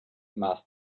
must